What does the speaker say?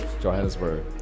Johannesburg